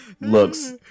looks